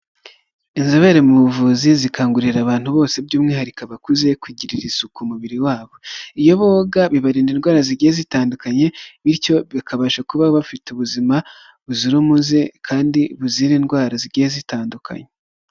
Inzobere mu buvuzi zikangurira abantu bose by'umwihariko abakuze kugirira isuku umubiri wabo, iyo boga bibarinda indwara zigiye zitandukanye bityo bakabasha kuba bafite ubuzima buzira umuze kandi buzira indwara zigiye zitandukanye.